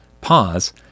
pause